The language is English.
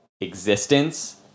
existence